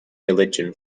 religion